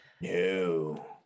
no